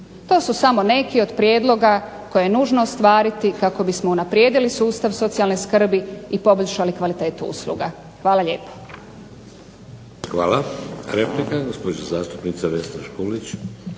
To su samo neki od prijedloga koje je nužno ostvariti kako bismo unaprijedili sustav socijalne skrbi i poboljšali kvalitetu usluga. Hvala lijepo. **Šeks, Vladimir (HDZ)** Hvala. Replika, gospođa zastupnica Vesna Škulić.